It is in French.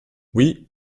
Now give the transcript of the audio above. oui